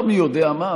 לא מי יודע מה,